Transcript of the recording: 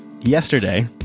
yesterday